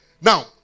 Now